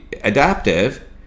adaptive